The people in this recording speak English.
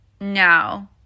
no